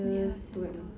ya centre